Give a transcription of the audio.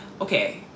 okay